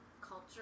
culture